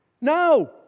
No